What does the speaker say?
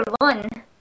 one